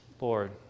Lord